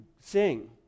sing